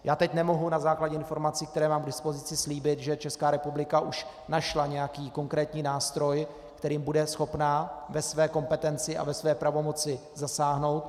Já teď nemohu na základě informací, které mám k dispozici, slíbit, že Česká republika už našla nějaký konkrétní nástroj, kterým bude schopna ve své kompetenci a ve své pravomoci zasáhnout.